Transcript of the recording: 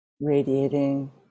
radiating